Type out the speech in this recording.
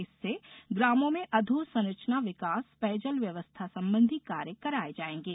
इससे ग्रामों में अधोसंरचना विकास पेयजल व्यवस्था संबंधी कार्य कराए जाएंगे